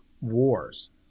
Wars